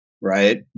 right